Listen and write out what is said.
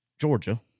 Georgia